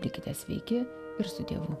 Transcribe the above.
likite sveiki ir su dievu